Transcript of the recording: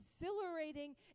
exhilarating